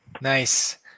Nice